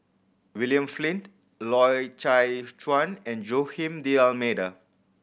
William Flint Loy Chye Chuan and Joaquim D'Almeida